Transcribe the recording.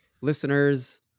listeners